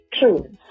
True